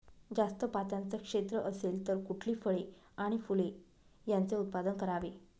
जास्त पात्याचं क्षेत्र असेल तर कुठली फळे आणि फूले यांचे उत्पादन करावे?